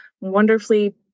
wonderfully